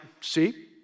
see